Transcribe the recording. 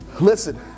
Listen